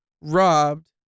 robbed